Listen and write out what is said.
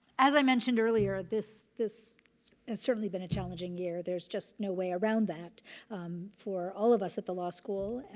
as i mentioned earlier, this this has certainly been a challenging year. there's just no way around that for all of us at the law school,